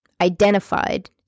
identified